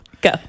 Go